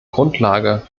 grundlage